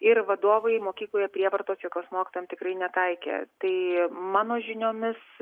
ir vadovai mokykloje prievartos jokios mokytojam tikrai netaikė tai mano žiniomis